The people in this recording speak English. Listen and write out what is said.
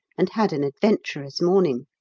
and had an adventurous morning.